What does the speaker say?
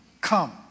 come